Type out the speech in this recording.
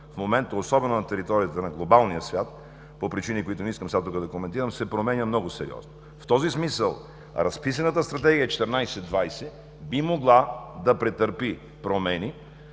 в момента, особено на територията на глобалния свят, по причини, които не искам сега тук да коментирам, се променя много сериозно. В този смисъл разписаната Стратегия 14 – 20 би могла да претърпи промени,